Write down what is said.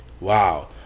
wow